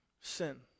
Sin